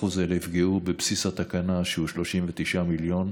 יפגעו בבסיס התקציב בתקנה, שהוא 39 מיליון,